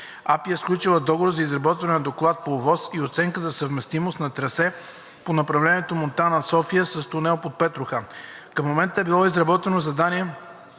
АПИ е сключила договор за „Изработване на Доклад по ОВОС и оценка за съвместимост на трасе по направлението Монтана – София с тунел под Петрохан“. Към момента е било изработено Задание